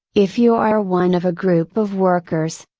if you are one of a group of workers,